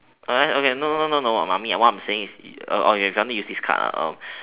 uh okay no no no no mummy what I am saying is oh you finally use this card ah oh